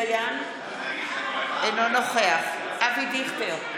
אינו נוכח אבי דיכטר,